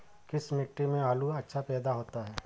किस मिट्टी में आलू अच्छा पैदा होता है?